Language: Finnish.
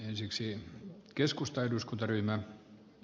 ensiksi keskustan eduskuntaryhmän